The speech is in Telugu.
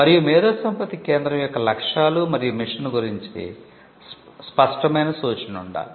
మరియు మేధోసంపత్తి కేంద్రం యొక్క లక్ష్యాలు మరియు మిషన్ గురించి స్పష్టమైన సూచన ఉండాలి